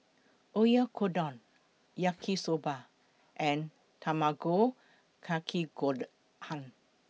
Oyakodon Yaki Soba and Tamago Kake Gohan